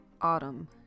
Autumn